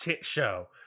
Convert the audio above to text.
show